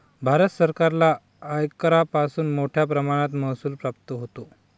भारत सरकारला आयकरापासून मोठया प्रमाणात महसूल प्राप्त होतो